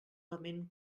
lament